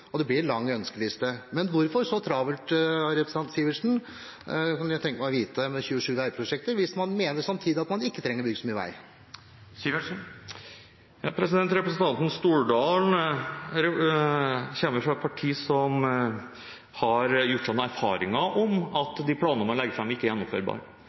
og det blir en lang ønskeliste. Men hvorfor så travelt, det kunne jeg tenke meg å vite, med 27 veiprosjekter, hvis man samtidig mener at man ikke trenger å bygge så mye vei? Representanten Stordalen kommer fra et parti som har gjort seg noen erfaringer om at de planer man legger fram, ikke er